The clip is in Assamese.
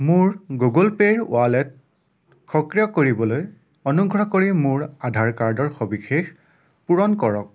মোৰ গুগল পে'ৰ ৱালেট সক্ৰিয় কৰিবলৈ অনুগ্ৰহ কৰি মোৰ আধাৰ কাৰ্ডৰ সবিশেষ পূৰণ কৰক